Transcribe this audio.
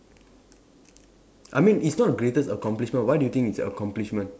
I mean it's not greatest accomplishment why do you think it's a accomplishment